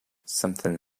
something